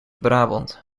brabant